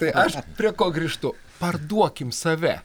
tai aš prie ko grįžtu parduokim save